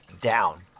down